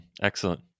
Excellent